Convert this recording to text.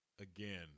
again